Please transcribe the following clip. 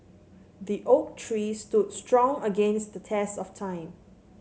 the oak tree stood strong against the test of time